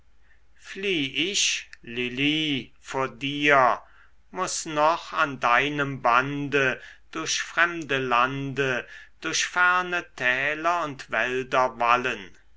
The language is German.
flieh ich lili vor dir muß noch an deinem bande durch fremde lande durch ferne täler und wälder wallen